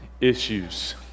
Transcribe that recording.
issues